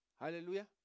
Hallelujah